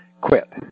quit